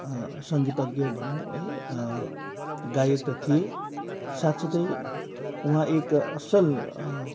सङ्गीतज्ञ भनौँ है गायक त थिए साथसाथै उहाँ एक असल